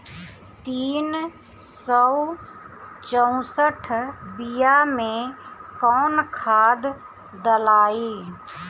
तीन सउ चउसठ बिया मे कौन खाद दलाई?